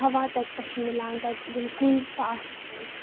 ہَوا تَتہِ پیٹھ مِلان تَتہِ یِم کُلۍ چھِ آسان